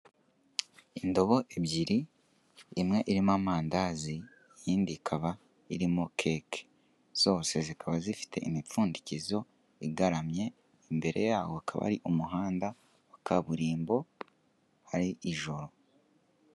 Indobo ebyiri imwe irimo amandazi indi ikaba irimo keke, zose zikaba zifite imipfundikizo igaramye, imbere yaho hakaba hari umuhanda wa kaburimbo hari ijoro.